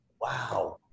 Wow